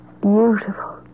beautiful